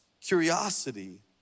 curiosity